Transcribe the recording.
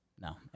No